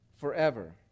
forever